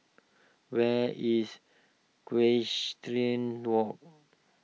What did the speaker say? where is Equestrian Walk